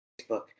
Facebook